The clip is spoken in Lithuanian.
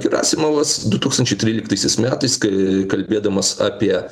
gerasimovas du tūkstančiai tryliktaisiais metais kai kalbėdamas apie